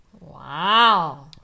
Wow